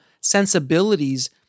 sensibilities